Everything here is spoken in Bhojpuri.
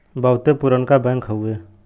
बहुते पुरनका बैंक हउए